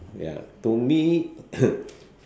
ya to me